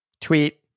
tweet